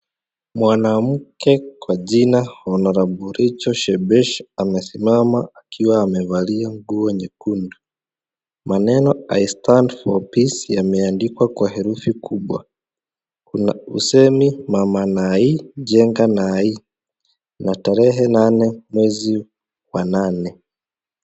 Mwanamke kwa jina Hon Rachel Shebesh amesimama akiwa amevalia nguo nyekundu. Maneno, I stand for peace yameandikwa kwa herufi kubwa. Kuna usemi, mama nai, jenga nai. Na tarehe nane, mwezi wa nane.